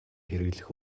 хэрэглэх